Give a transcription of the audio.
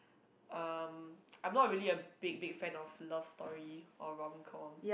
um I'm not really a big big fan of love story or romcom